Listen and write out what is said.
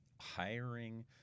hiring